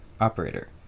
Operator